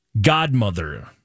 Godmother